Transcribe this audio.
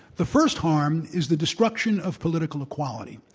the first harm is the destruction of political equality,